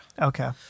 Okay